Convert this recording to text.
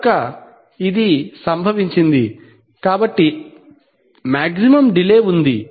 కనుక ఇది సంభవించింది కాబట్టి మాక్సిమం డిలే ఉంది